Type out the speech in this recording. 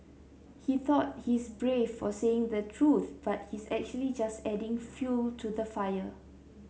he thought he's brave for saying the truth but he's actually just adding fuel to the fire